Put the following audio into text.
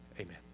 Amen